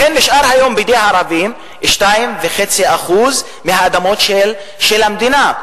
לכן נשארו היום בידי הערבים 2.5% מהאדמות של המדינה.